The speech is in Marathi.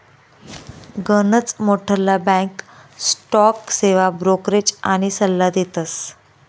गनच मोठ्ठला बॅक स्टॉक सेवा ब्रोकरेज आनी सल्ला देतस